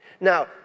Now